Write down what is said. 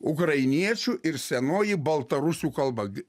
ukrainiečių ir senoji baltarusių kalba gi